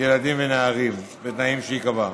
ילדים ונערים, בתנאים שיקבע.